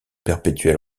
perpétuel